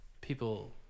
people